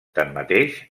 tanmateix